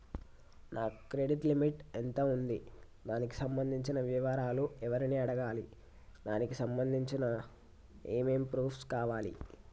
నా credit limit ఎంత ఉంది? దానికి సంబంధించిన వివరాలు ఎవరిని అడగాలి? దానికి సంబంధించిన ఏమేం ప్రూఫ్స్ కావాలి?